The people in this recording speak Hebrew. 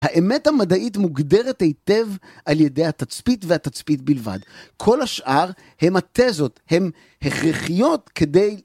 האמת המדעית מוגדרת היטב על ידי התצפית והתצפית בלבד. כל השאר הם התיזות, הם הכרחיות כדי...